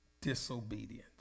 Disobedience